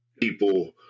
people